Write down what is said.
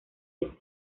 este